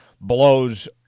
blows